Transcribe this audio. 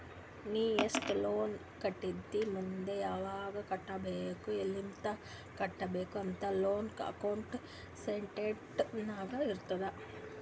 ನೀ ಎಸ್ಟ್ ಲೋನ್ ಕಟ್ಟಿದಿ ಮುಂದ್ ಯಾವಗ್ ಕಟ್ಟಬೇಕ್ ಎಲ್ಲಿತನ ಕಟ್ಟಬೇಕ ಅಂತ್ ಲೋನ್ ಅಕೌಂಟ್ ಸ್ಟೇಟ್ಮೆಂಟ್ ನಾಗ್ ಇರ್ತುದ್